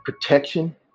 protection